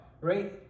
right